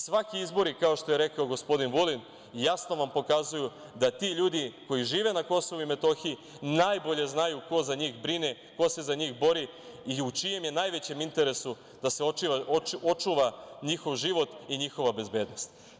Svaki izbori, kao što je rekao gospodin Vulin, jasno vam pokazuju da ti ljudi koji žive na Kosovu i Metohiji najbolje znaju ko za njih brine, ko se za njih bori i u čijem je najvećem interesu da se očuva njihov život i njihova bezbednost.